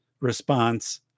response